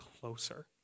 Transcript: closer